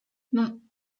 non